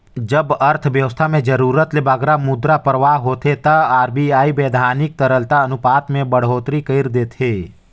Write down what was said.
जब अर्थबेवस्था में जरूरत ले बगरा मुद्रा परवाह होथे ता आर.बी.आई बैधानिक तरलता अनुपात में बड़होत्तरी कइर देथे